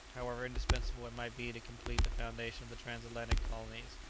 however indispensable it might be to complete the foundation of the trans-atlantic colonies,